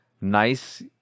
nice